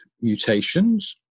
mutations